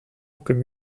comme